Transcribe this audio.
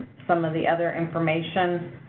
some of the other information.